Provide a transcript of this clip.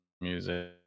music